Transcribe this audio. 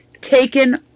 taken